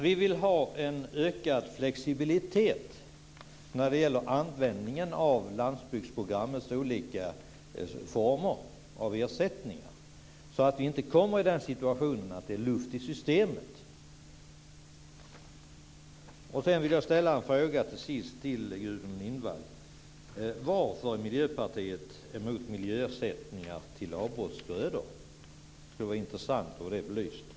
Vi vill ha en ökad flexibilitet när det gäller användningen av landsbygdsprogrammets olika former av ersättningar, så att vi inte kommer i den situationen att det är luft i systemet. Till sist vill jag ställa en fråga till Gudrun Lindvall. Varför är Miljöpartiet emot miljöersättningar till avbrottsgrödor? Det skulle vara intressant att få det belyst.